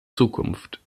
zukunft